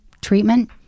treatment